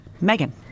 Megan